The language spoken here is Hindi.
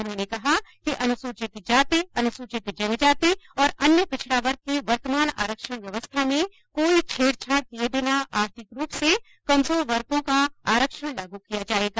उन्होंने कहा कि अनुसूचित जाति अनुसूचित जनजाति और अन्य पिछड़ा वर्ग की वर्तमान आरक्षण व्यवस्था में कोई छेड़छाड़ किए बिना आर्थिक रूप से कमजोर वर्गो का आरक्षण लागू किया जाएगा